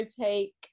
take